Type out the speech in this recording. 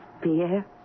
Pierre